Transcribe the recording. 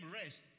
rest